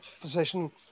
position